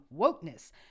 wokeness